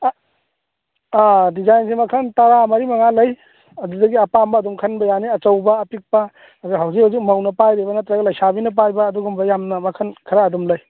ꯑꯥ ꯗꯤꯖꯥꯏꯟꯁꯦ ꯃꯈꯟ ꯇꯔꯥ ꯃꯔꯤ ꯃꯉꯥꯒ ꯂꯩ ꯑꯗꯨꯗꯒꯤ ꯑꯄꯥꯥꯝꯕ ꯑꯗꯨꯝ ꯈꯟꯕ ꯌꯥꯅꯤ ꯑꯆꯧꯕ ꯑꯄꯤꯛꯄ ꯑꯗꯨꯒ ꯍꯧꯖꯤꯛ ꯍꯧꯖꯤꯛ ꯃꯧꯅ ꯄꯥꯏꯔꯤꯕ ꯅꯠꯇ꯭ꯔꯒꯅ ꯂꯩꯁꯥꯕꯤꯅ ꯄꯥꯏꯔꯤꯕ ꯑꯗꯨꯒꯨꯝꯕ ꯌꯥꯝꯅ ꯈꯔ ꯑꯗꯨꯝ ꯂꯩ